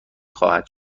خواهد